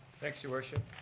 thanks, your worship.